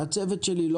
נציג?